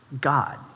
God